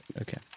Okay